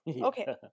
Okay